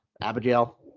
Abigail